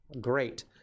Great